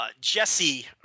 Jesse